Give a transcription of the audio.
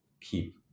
keep